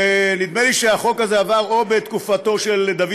ונדמה לי שהחוק הזה עבר או בתקופתו של דוד